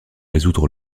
résoudre